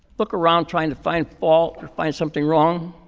look around trying to find fault or find something wrong,